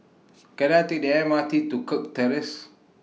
Can I Take The M R T to Kirk Terrace